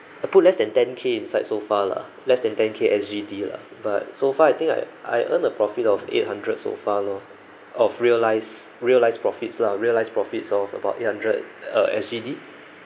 I put less than ten K inside so far lah less than ten K S_G_D lah but so far I think I I earn a profit of eight hundred so far lor of realised realised profits lah realised profits of about eight hundred uh S_G_D